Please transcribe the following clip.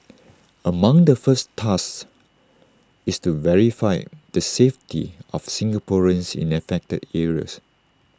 among the first tasks is to verify the safety of Singaporeans in affected areas